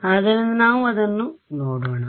ಆದ್ದರಿಂದ ನಾವು ಅದನ್ನು ನೋಡೋಣ